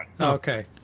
Okay